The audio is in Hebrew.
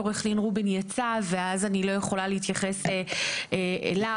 עו"ד רובין יצא ואז אני לא יכולה להתייחס אליו.